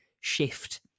shift